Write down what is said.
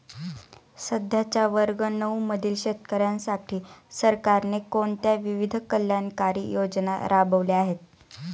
सध्याच्या वर्ग नऊ मधील शेतकऱ्यांसाठी सरकारने कोणत्या विविध कल्याणकारी योजना राबवल्या आहेत?